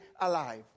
alive